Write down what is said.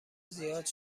زیاد